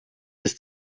ist